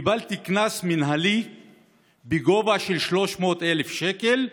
קיבלתי קנס מינהלי בגובה 300,000 שקל,